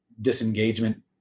disengagement